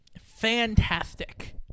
Fantastic